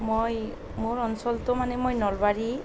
মই মোৰ অঞ্চলটো মানে মই নলবাৰী